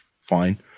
fine